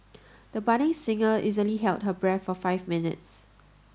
the budding singer easily held her breath for five minutes